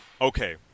okay